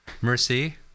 Mercy